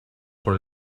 por